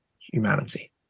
humanity